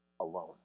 alone